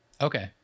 Okay